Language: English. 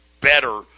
better